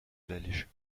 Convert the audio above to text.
belges